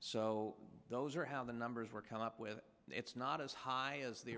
so those are how the numbers were come up with it's not as high as the